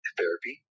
Therapy